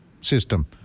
system